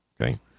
okay